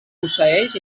posseeix